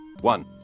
One